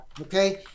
Okay